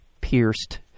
pierced